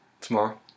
tomorrow